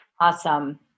Awesome